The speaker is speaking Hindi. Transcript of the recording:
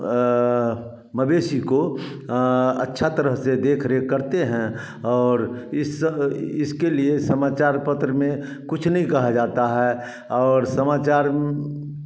मवेशी को अच्छा तरह से देख रेख करते हैं और इस इसके लिए समाचार पत्र में कुछ नहीं कहा जाता है और समाचार